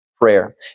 prayer